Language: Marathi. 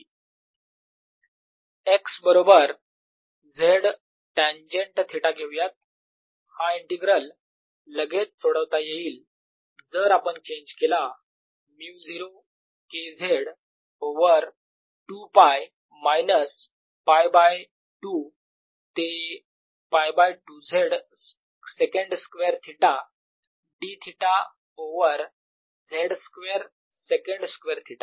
dB02πKdxx2z2zx2z2 B0Kz2π ∞dxx2z2 x बरोबर z टेन्जेन्ट थिटा घेऊयात हा इंटीग्रल लगेच सोडवता येईल जर आपण चेंज केला μ0 K z over 2 π minus π by 2 ते π by 2 z second square theta d theta over z square second square theta